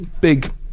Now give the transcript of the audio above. big